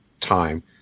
time